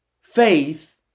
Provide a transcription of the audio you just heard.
faith